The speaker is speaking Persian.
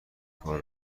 کار